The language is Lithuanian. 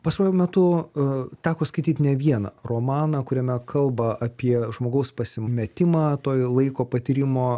pastaruoju metu a teko skaityt ne vieną romaną kuriame kalba apie žmogaus pasimetimą toj laiko patyrimo